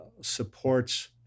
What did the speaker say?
supports